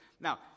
Now